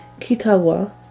Kitawa